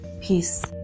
peace